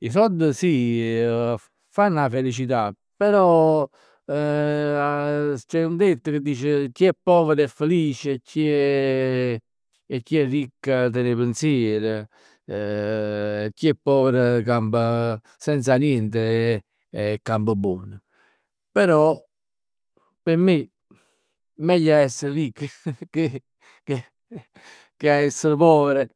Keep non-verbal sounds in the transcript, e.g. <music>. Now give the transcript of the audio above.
'E sord sì <hesitation> fa- fanno 'a felicità però, <hesitation> c'è un detto che dice chi è povero è felic e chi è <hesitation> e chi è ricco ten 'e pensier. Chi è povero campa senza niente e e campa buon. Però p' me meglio a essere ricchi che <laughs> che a essere poveri